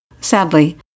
Sadly